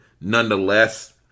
Nonetheless